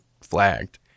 flagged